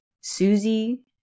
Susie